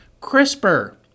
CRISPR